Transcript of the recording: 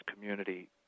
community